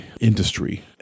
industry